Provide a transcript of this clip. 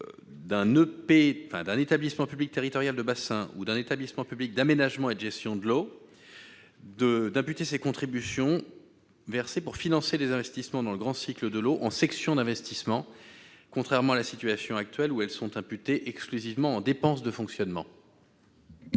d'un établissement public territorial de bassin ou d'un établissement public d'aménagement et de gestion de l'eau d'imputer les contributions versées pour financer des investissements dans le grand cycle de l'eau en section d'investissement, contrairement à la situation actuelle où elles sont imputées exclusivement aux dépenses de fonctionnement.